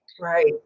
Right